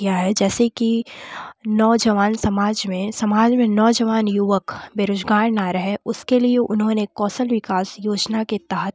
किया है जैसे कि नवजवान समाज में समाज में नवजावन युवक बेरोज़गार ना रहे उसके लिए उन्होंने कौशल विकास योजना के तहत